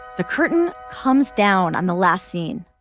the curtain comes down on the last scene